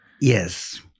Yes